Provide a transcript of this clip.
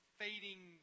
fading